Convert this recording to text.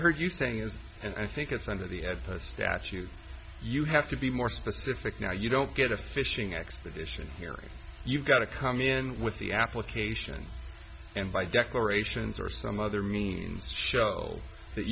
heard you saying it and i think it's under the statute you have to be more specific now you don't get a fishing expedition here you've got to come in with the application and by declarations or some other means show that